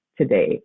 today